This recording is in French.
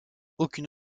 aucune